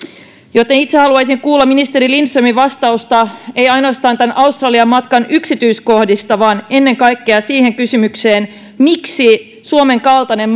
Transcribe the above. joten itse haluaisin kuulla ministeri lindströmin vastauksen ei ainoastaan tämän australian matkan yksityiskohdista vaan ennen kaikkea siihen kysymykseen miksi suomen kaltainen